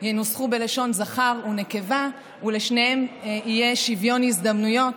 ינוסחו בלשון זכר ונקבה ושלשניהם יהיה שוויון הזדמנויות